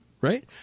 Right